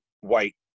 white